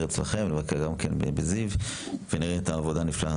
אצלכם ונבקר גם כן בזיו ונראה את העבודה הנפלאה,